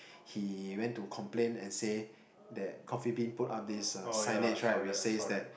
he went to complain and say that Coffee-Bean put up this uh signage right which says that